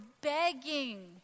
begging